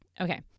Okay